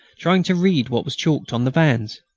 trying to read what was chalked on the vans.